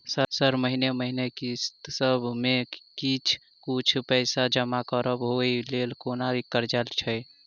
Sir महीने महीने किस्तसभ मे किछ कुछ पैसा जमा करब ओई लेल कोनो कर्जा छैय?